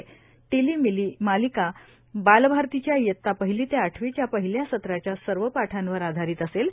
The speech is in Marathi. टिलीमिली मालिका बालभारतीच्या इयता पहिली ते आठवीच्या पहिल्या सत्राच्या सर्व पाठांवर आधारित असेल